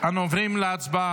אנו עוברים להצבעה